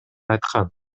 айткан